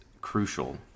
crucial